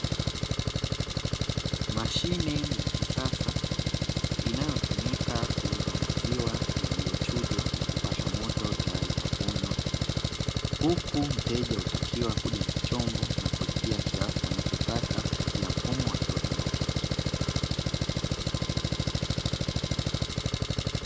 Mashine ya kisasa inayotumika kuuza maziwa yaliyo chujwa na kupashwa moto tayari kwa kunywa huku mteja hutakiwa kuja na chombo na kulipia kiasi anachotaka kupitia mfumo wa kiotomatiki.